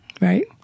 Right